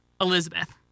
Elizabeth